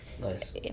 Nice